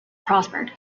prospered